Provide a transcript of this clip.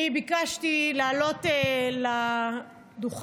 אני ביקשתי לעלות לדוכן